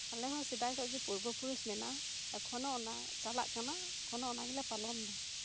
ᱟᱞᱮ ᱦᱚᱸ ᱥᱮᱫᱟᱭ ᱠᱷᱚᱱ ᱜᱮ ᱯᱩᱨᱵᱚᱯᱩᱨᱩᱥ ᱢᱮᱱᱟᱜᱼᱟ ᱮᱠᱷᱳᱱᱳ ᱚᱱᱟ ᱜᱮ ᱪᱟᱞᱟᱜ ᱠᱟᱱᱟ ᱮᱠᱷᱳᱱᱳ ᱚᱱᱟᱜᱮᱞᱮ ᱯᱟᱞᱚᱱ ᱫᱟ